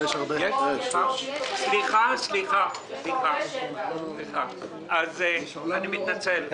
סליחה, אני מתנצל.